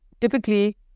typically